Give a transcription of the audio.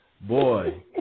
Boy